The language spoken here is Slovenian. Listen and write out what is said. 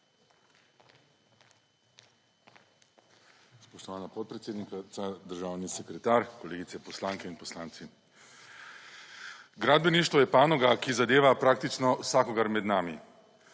Spoštovana podpredsednica, državni sekretar, kolegice poslanke in poslanci! Gradbeništvo je panoga, ki zadeva praktično vsakogar med nami.